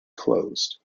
closed